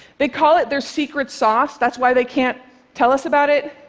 they call it their secret sauce that's why they can't tell us about it.